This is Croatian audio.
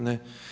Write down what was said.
Ne.